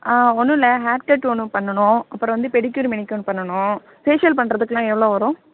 ஆ ஒன்னுமில்ல haircut ஒன்று பண்ணணும் அப்புறம் வந்து பெடிக்கியூர் மெனிக்கியுர் பண்ணணும் பேஷியல் பண்ணுறதுக்குலாம் எவ்வளோ வரும்